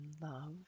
love